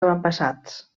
avantpassats